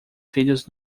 filhos